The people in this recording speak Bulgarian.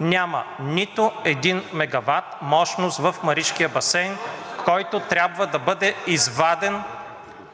Няма нито един мегават мощност в Маришкия басейн, който трябва да бъде изваден